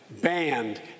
banned